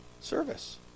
service